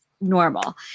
normal